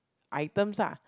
items ah